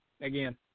Again